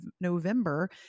November